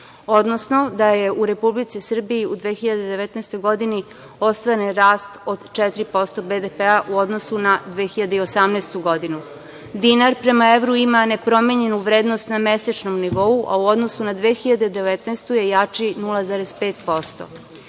odnosno da je u Republici Srbiji u 2019. godini ostvaren rast od 4% BDP u odnosu na 2018. godinu. Dinar prema evru ima nepromenjenu vrednost na mesečnom nivou, a u odnosu na 2019. godinu